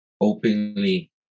openly